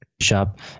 shop